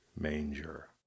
manger